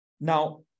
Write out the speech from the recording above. Now